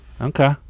Okay